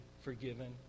forgiven